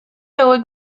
hauek